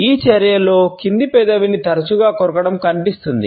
ఈ చర్యలో కింది పెదవిని తరచుగా కొరకడం కనిపిస్తుంది